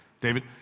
David